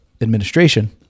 administration